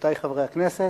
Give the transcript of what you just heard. רבותי חברי הכנסת,